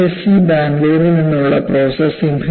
C ബാംഗ്ലൂരിൽ നിന്നുള്ള professor സിംഹയുടെ Prof